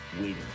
waiting